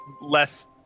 less